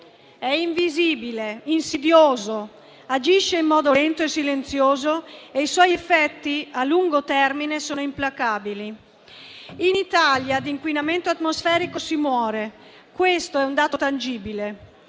È invisibile, insidioso, agisce in modo lento e silenzioso e i suoi effetti a lungo termine sono implacabili. In Italia d'inquinamento atmosferico si muore: questo è un dato tangibile.